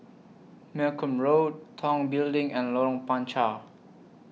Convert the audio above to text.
Malcolm Road Tong Building and Lorong Panchar